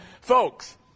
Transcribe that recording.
Folks